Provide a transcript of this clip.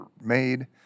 made